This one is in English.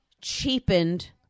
cheapened